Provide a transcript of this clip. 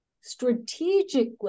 strategically